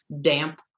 damp